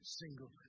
single